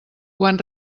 quan